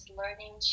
learning